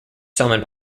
salmon